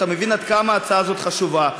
אתה מבין עד כמה ההצעה הזאת חשובה.